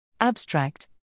Abstract